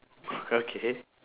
okay